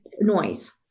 noise